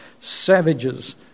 savages